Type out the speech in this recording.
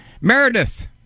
Meredith